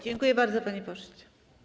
Dziękuję bardzo, panie pośle.